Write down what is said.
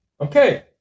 Okay